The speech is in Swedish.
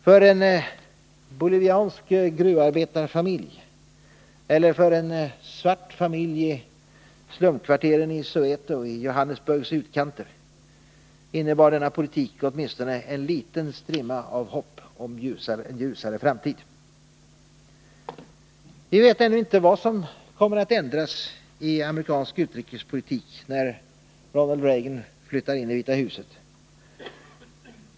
För en boliviansk gruvarbetarfamilj eller för en svart familj i slumkvarteren i Soweto i Johannisburgs utkanter innebar denna politik åtminstone en liten strimma av hopp om en ljusare framtid. Vi vet ännu inte vad som kommer att ändras i amerikansk utrikespolitik när Ronald Reagan flyttar in i Vita huset.